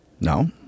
no